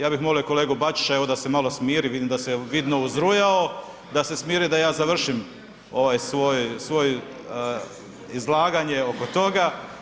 Ja bih molio kolegu Bačića evo da se malo smiri vidim da se vidno uzrujao, da se smiri da ja završim ovaj svoj izlaganje oko toga.